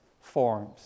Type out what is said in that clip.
forms